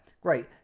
Great